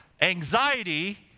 Anxiety